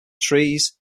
trees